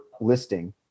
listing